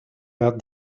had